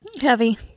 Heavy